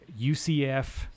ucf